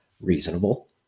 reasonable